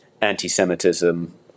anti-Semitism